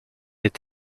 est